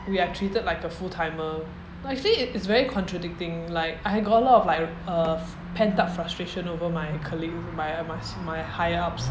we are treated like a full timer but you see it is very contradicting like I got a lot of like uh pent up frustration over my colleague by my my higher ups